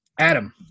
Adam